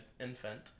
infant